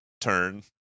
turn